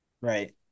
right